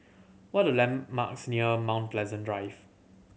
what are the landmarks near Mount Pleasant Drive